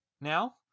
now